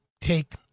take